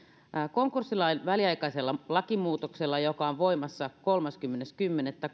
konkurssilain väliaikaisella lakimuutoksella joka on voimassa kolmaskymmenes kymmenettä